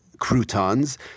Croutons